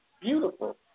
Beautiful